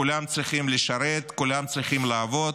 כולם צריכים לשרת, כולם צריכים לעבוד,